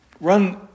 run